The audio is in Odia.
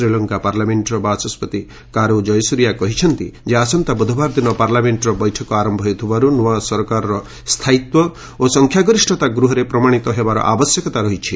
ଶ୍ରୀଲଙ୍କା ପାର୍ଲାମେଣ୍ଟର ବାଚସ୍କତି କାରୁ ଜୟସୂର୍ଯ୍ୟ କହିଛନ୍ତି ଯେ ଆସନ୍ତା ବୁଧବାର ଦିନ ପାର୍ଲାମେଙ୍କର ବୈଠକ ଆରମ୍ଭ ହେଉଥିବାରୁ ନୂଆ ସରକାରର ସ୍ଥାୟୀତ୍ୱ ଓ ସଂଖ୍ୟାଗରିଷ୍ଠତା ଗୃହରେ ପ୍ରମାଣିତ ହେବାର ଆବଶ୍ୟକତା ରହିଛି